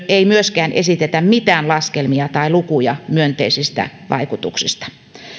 ei myöskään esitetä mitään laskelmia tai lukuja myönteisistä vaikutuksista